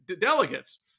delegates